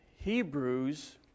Hebrews